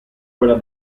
quella